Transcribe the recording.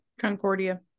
concordia